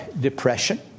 depression